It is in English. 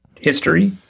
history